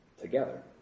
together